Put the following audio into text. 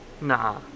nah